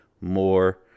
more